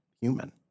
human